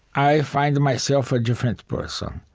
i find myself a different person.